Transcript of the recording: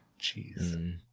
Jeez